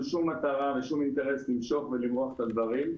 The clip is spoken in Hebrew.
שום מטרה ושום אינטרס למשוך ולמרוח את הדברים.